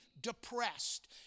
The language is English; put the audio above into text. depressed